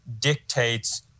dictates